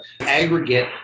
aggregate